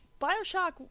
bioshock